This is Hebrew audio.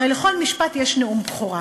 הרי לכל משפט יש נאום בכורה,